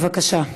בבקשה.